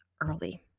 early